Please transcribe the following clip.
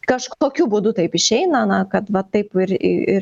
kažkokiu būdu taip išeina na kad va taip ir ir